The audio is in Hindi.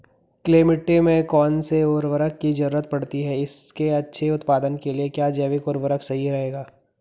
क्ले मिट्टी में कौन से उर्वरक की जरूरत पड़ती है इसके अच्छे उत्पादन के लिए क्या जैविक उर्वरक सही रहेगा?